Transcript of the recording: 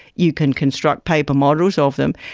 you can construct paper models of them,